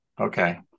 Okay